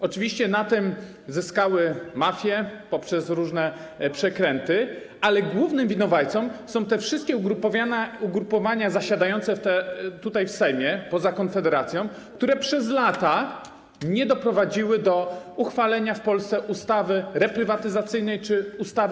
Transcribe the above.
Oczywiście na tym zyskały mafie poprzez różne przekręty, ale głównym winowajcą są te wszystkie ugrupowania zasiadające w Sejmie, poza Konfederacją, które przez lata nie doprowadziły do uchwalenia w Polsce ustawy reprywatyzacyjnej czy ustawy